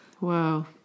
Wow